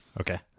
Okay